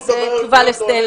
אוקיי, אז זה תשובה לסטלה.